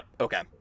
okay